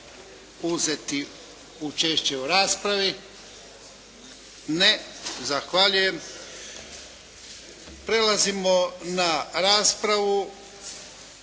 uzeti učešće u raspravi? Ne. Zahvaljujem. Prelazimo na raspravu